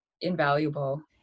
invaluable